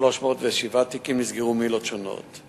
307 תיקים נסגרו מעילות שונות.